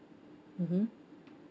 mmhmm